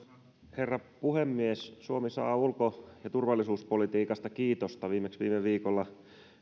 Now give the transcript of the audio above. herra puhemies suomi saa ulko ja turvallisuuspolitiikasta kiitosta viimeksi viime viikolla